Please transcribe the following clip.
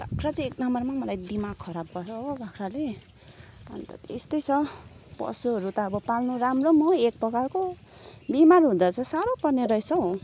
बाख्रा चाहिँ एक नम्बरमा मलाई दिमाग खराब गर्छ हो बाख्राले अन्त त्यस्तै छ पशुहरू त अब पाल्नु राम्रो पनि हो एक प्रकार त बिमार हुँदा चाहिँ साह्रो पर्ने रहेछ हौ